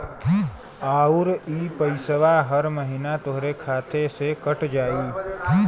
आउर इ पइसवा हर महीना तोहरे खाते से कट जाई